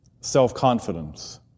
self-confidence